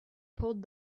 pulled